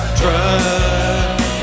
trust